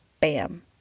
bam